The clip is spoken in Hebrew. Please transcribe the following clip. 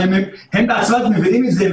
הרי הם בעצמם מבינים את זה,